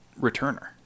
returner